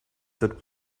that